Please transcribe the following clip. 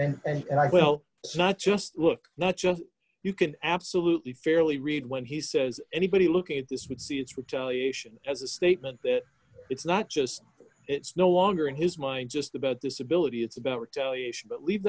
allegation and i well it's not just look not just you can absolutely fairly read when he says anybody looking at this would see its retaliation as a statement that it's not just that it's no longer in his mind just about this ability it's about retaliation but leave